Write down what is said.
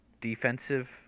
defensive